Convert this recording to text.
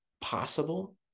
possible